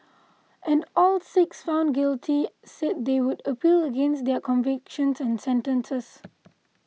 and all six found guilty said they would appeal against their convictions and sentences